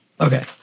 Okay